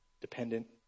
dependent